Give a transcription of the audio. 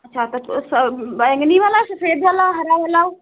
अच्छा तब वो सब बैंगनी वाला सफेद वाला हरा वाला